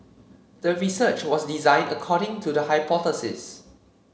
the research was designed according to the hypothesis